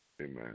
Amen